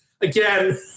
again